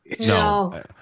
no